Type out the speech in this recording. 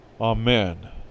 Amen